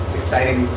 exciting